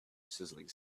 sizzling